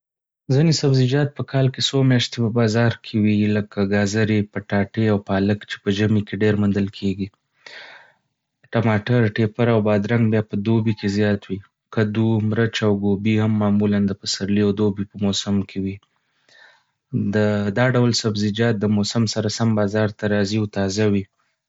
ځینې سبزيجات په کال کې څو مياشتې په بازار کې وي. لکه ګاځرې، پټاټې، او پالک چې په ژمي کې ډېر موندل کېږي. ټماټر، ټيپر، او بادرنګ بیا په دوبي کې زيات وي. کدو، مرچ او ګوبي هم معمولا د پسرلي او دوبي په موسم کې وي. دا ډول سبزيجات د موسم سره سم بازار ته راځي او تازه وي.